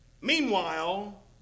Meanwhile